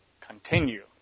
continue